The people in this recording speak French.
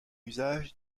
usage